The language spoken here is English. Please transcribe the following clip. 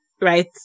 right